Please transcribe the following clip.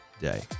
day